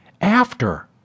After